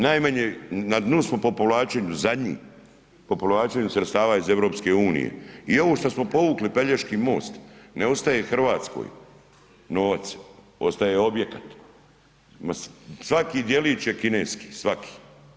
Na dnu smo po povlačenju, zadnji, po povlačenju sredstava iz EU-a i ovo što smo povukli Pelješki most, ne ostaje Hrvatskoj novac, ostaje objekat, svaki djelić je kineski, svaki.